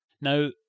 Now